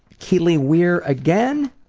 keely weir again,